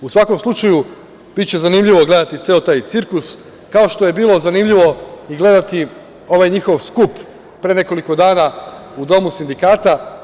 U svakom slučaju, biće zanimljivo gledati ceo taj cirkus, kao što je bilo zanimljivo i gledati ovaj njihov skup pre nekoliko dana u Domu sindikata.